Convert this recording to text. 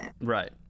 Right